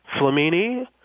Flamini